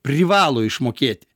privalo išmokėt